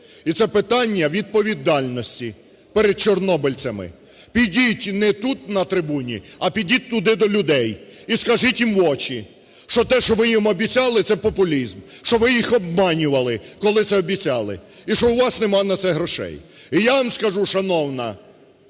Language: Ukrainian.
і це питання відповідальності перед чорнобильцями. Підіть, не тут на трибуні, а підіть туди до людей і скажіть їм в очі, що те, що ви їм обіцяли – це популізм, що ви їх обманювали, коли це обіцяли і що у вас нема на це грошей. І я вам скажу, шановна,